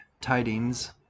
Tidings